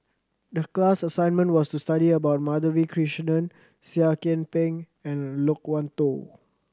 the class assignment was to study about Madhavi Krishnan Seah Kian Peng and Loke Wan Tho